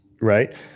right